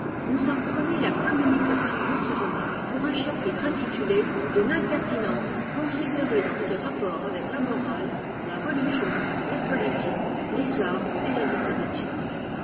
nous a promis la communication de ses remarques pour un chapitre intitulé de vimpertinence considérée dans ses rapports avec la morale la religion la politique les arts et la littérature